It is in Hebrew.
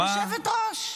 יושבת-ראש.